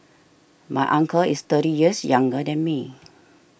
my uncle is thirty years younger than me